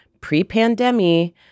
pre-pandemic